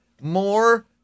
more